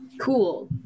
Cool